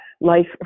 life